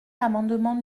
l’amendement